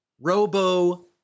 Robo